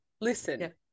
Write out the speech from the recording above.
Listen